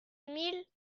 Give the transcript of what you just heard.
mille